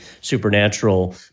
supernatural